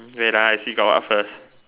wait ah I see got what first